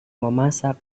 memasak